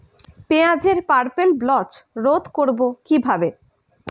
পেঁয়াজের purple blotch রোধ করবো কিভাবে?